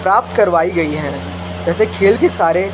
प्राप्त करवाई गई हैं वैसे खेल की सारे